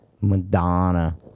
Madonna